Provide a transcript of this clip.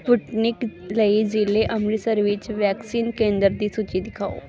Sputnik ਲਈ ਜ਼ਿਲ੍ਹੇ ਅੰਮ੍ਰਿਤਸਰ ਵਿੱਚ ਵੈਕਸੀਨ ਕੇਂਦਰ ਦੀ ਸੂਚੀ ਦਿਖਾਓ